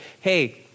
hey